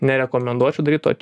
nerekomenduočiau daryti to